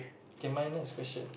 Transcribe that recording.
okay minus question